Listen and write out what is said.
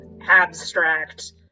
abstract